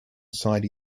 side